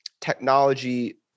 technology